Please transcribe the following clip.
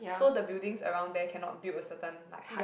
so the buildings around there cannot build a certain like height